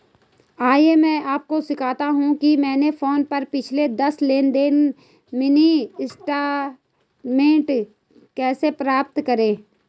आइए मैं आपको सिखाता हूं कि अपने फोन पर पिछले दस लेनदेन का मिनी स्टेटमेंट कैसे प्राप्त करें